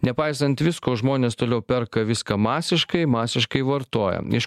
nepaisant visko žmonės toliau perka viską masiškai masiškai vartojam iš